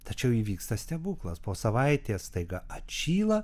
tačiau įvyksta stebuklas po savaitės staiga atšyla